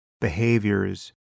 behaviors